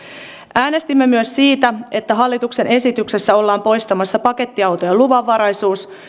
äänestimme myös siitä että hallituksen esityksessä ollaan poistamassa pakettiautojen luvanvaraisuus